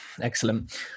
Excellent